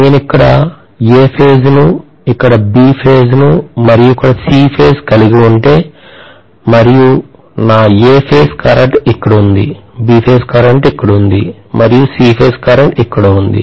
నేను ఇక్కడ A phase ను ఇక్కడ B ఫేజ్ మరియు C ఫేజ్ కలిగి ఉంటే మరియు నా A ఫేజ్ కరెంట్ ఇక్కడ ఉంది B ఫేజ్ కరెంట్ ఇక్కడ ఉంది మరియు C ఫేజ్ కరెంట్ ఇక్కడ ఉంది